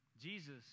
Jesus